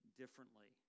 differently